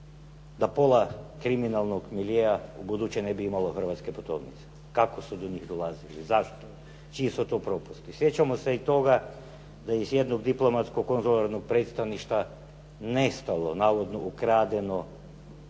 da pola kriminalnog ubuduće ne bi imalo hrvatske putovnice? Kako su do njih dolazili? Zašto? Čiji su to propusti? Sjećamo se i toga da iz jednog diplomatskog konzularnog predstavništva nestalo, navodno ukradeno